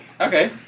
Okay